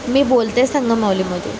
मी बोलते संगम माहुलीमधून